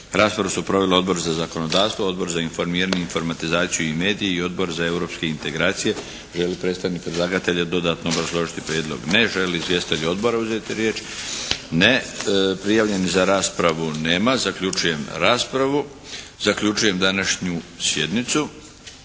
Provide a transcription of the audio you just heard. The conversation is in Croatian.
Raspravu su proveli Odbor za zakonodavstvo, Odbor za informiranje, informatizaciju i medije i Odbor za europske integracije. Želi li predstavnik predlagatelja dodatno obrazložiti prijedlog? Ne želi. Žele li izvjestitelji odbora uzeti riječ? Ne. Prijavljenih za raspravu nema. Zaključujem raspravu. Zaključujem današnju sjednicu.